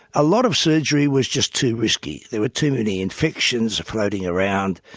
a lot of surgery was just too risky, there were too many infections floating around,